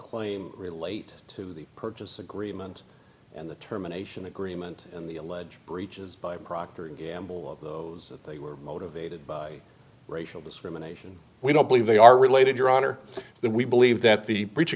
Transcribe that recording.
claim relate to the purchase agreement and the terminations agreement and the alleged breaches by procter and gamble of those they were motivated by racial discrimination we don't believe they are related your honor we believe that the breach